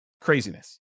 craziness